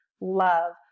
love